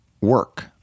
work